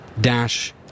dash